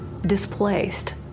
displaced